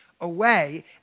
away